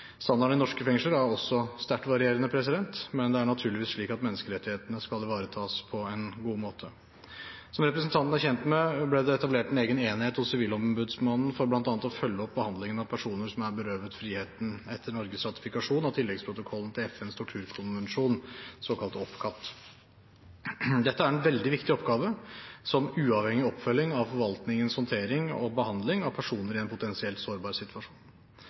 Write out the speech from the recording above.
en god måte. Som representanten er kjent med, ble det etablert en egen enhet hos Sivilombudsmannen for bl.a. å følge opp behandlingen av personer som er berøvet friheten etter Norges ratifikasjon av tilleggsprotokollen til FNs torturkonvensjon, OPCAT. Dette er en veldig viktig oppgave, som uavhengig oppfølging av forvaltningens håndtering og behandling av personer i en potensielt sårbar situasjon.